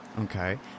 Okay